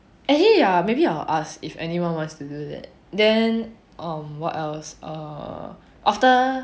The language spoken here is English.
actually ya maybe I'll ask if anyone wants to do that then um what else err after